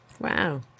Wow